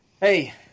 Hey